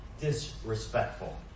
disrespectful